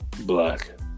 Black